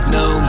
no